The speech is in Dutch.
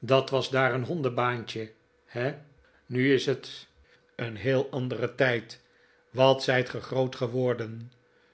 dat was daar eenhondenbaantje maarten chuzzlewit he nu is het een heel andere tijd wat zijt ge groot geworden